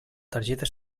targeta